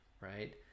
right